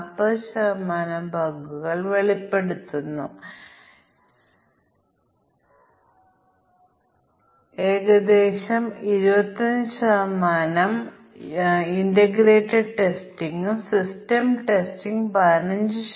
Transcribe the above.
എന്നാൽ അതിനുമുമ്പ് നമുക്ക് ഒരു ചെറിയ ക്വിസ് നടത്താം അത് ഒരു ഫങ്ഷനുവേണ്ടി ഒരു ബ്ലാക്ക് ബോക്സ് ടെസ്റ്റ് സ്യൂട്ട് രൂപകൽപന ചെയ്യുന്നു